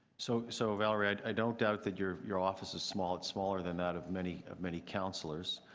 so so valerie, i don't doubt that your your office is small. it's smaller than that of many of many counselors.